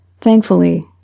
Thankfully